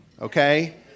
okay